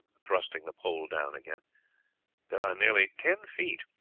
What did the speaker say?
thrusting the pole down again there are nearly ten feet.